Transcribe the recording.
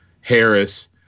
Harris